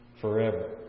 forever